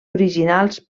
originals